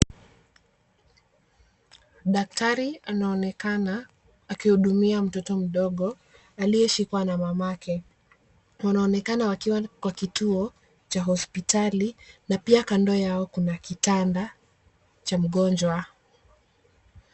Daktari anaonekana akihudumia mtoto mdogo aliyeshikwa na mamake. Wanaonekana wakiwa kwa kituo cha hospitali na pia kando yao kuna kitanda cha mgonjwa.